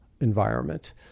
environment